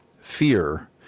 fear